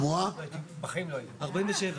כפי שאנחנו מבינים אותן,